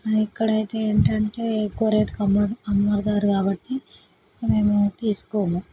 ఇక్కడైతే ఏంటంటే ఎక్కువ రేట్కి అమ్ము అమ్ముతారు కాబట్టి ఇంకా మేము తీసుకోము